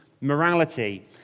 morality